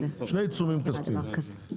שני עיצומים כספיים.